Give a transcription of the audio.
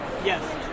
Yes